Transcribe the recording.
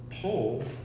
pull